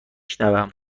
شنوم